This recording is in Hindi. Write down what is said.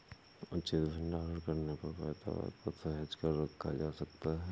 उचित भंडारण करने पर पैदावार को सहेज कर रखा जा सकता है